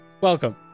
welcome